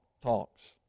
talks